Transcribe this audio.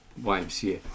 YMCA